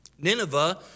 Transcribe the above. Nineveh